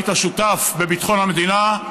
היית שותף בביטחון המדינה,